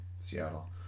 Seattle